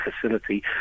facility